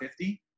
50